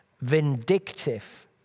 vindictive